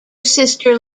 sister